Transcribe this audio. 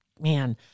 Man